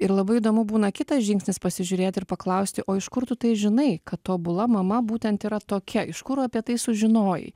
ir labai įdomu būna kitas žingsnis pasižiūrėti ir paklausti o iš kur tu tai žinai kad tobula mama būtent yra tokia iš kur apie tai sužinojai